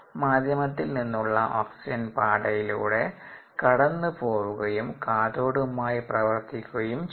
മാധ്യമത്തിൽ നിന്നുള്ള ഓക്സിജൻ പാടയിലൂടെ കടന്നു പോവുകയും കാഥോഡുമായി പ്രവർത്തിക്കുകയും ചെയ്യുന്നു